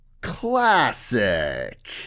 classic